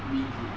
wins it